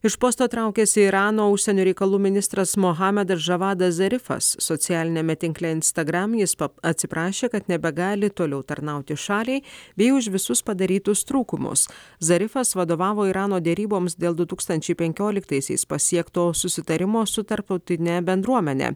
iš posto traukiasi irano užsienio reikalų ministras mohamedas žavadas zarifas socialiniame tinkle instagram jis atsiprašė kad nebegali toliau tarnauti šaliai bei už visus padarytus trūkumus zarifas vadovavo irano deryboms dėl du tūkstančiai penkioliktaisiais pasiekto susitarimo su tarptautine bendruomene